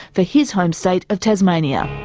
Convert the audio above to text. for his home state of tasmania.